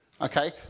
Okay